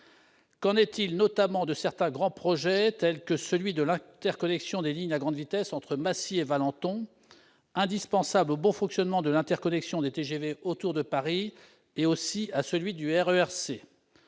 Qu'en est-il notamment de certains grands projets, tels que l'interconnexion des LGV entre Massy et Valenton, indispensable au bon fonctionnement de l'interconnexion des TGV autour de Paris et aussi à celui du RER C ?